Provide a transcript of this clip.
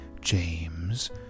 James